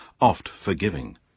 oft-forgiving